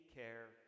care